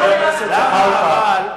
חבר הכנסת זחאלקה.